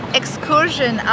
excursion